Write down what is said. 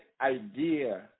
idea